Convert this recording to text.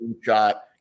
shot